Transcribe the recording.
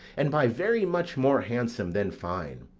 and by very much more handsome than fine.